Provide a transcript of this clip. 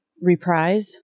reprise